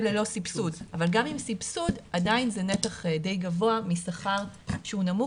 סבסוד עדיין זה נתח די גבוה משכר שהוא נמוך,